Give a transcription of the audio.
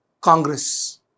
Congress